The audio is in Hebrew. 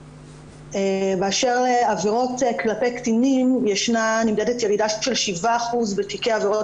באשר לעבירות כלפי קטינים נמדדת ירידה של 7% בתיקי עבירות